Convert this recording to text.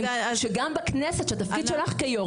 שגם בכנסת שהתפקיד שלך כיו"ר,